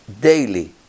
daily